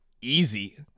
easy